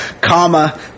comma